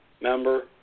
member